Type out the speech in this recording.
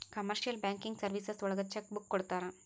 commercial banking services ಒಳಗ cheque book ಕೊಡ್ತಾರ